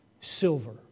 silver